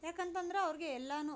ಯಾಕಂತಂದರೆ ಅವ್ರಿಗೆ ಎಲ್ಲಾ